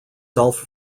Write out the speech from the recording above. self